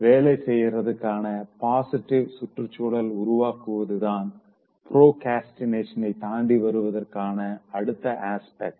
வேலை செய்வதற்கான பாசிட்டிவான சுற்றுச்சூழல உருவாக்குவதுதான் ப்ரோக்ரஸ்டினேஷன தாண்டி வருவதற்கான அடுத்த அஸ்பெக்ட்